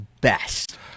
best –